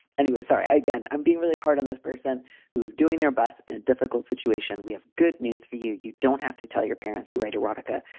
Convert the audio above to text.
anyway, sorry, again, i'm being really hard on this person who is doing they're both in a difficult situation. we have good news for you. you don't have to tell your parents you write erotica.